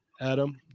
Adam